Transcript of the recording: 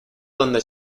donde